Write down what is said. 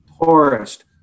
poorest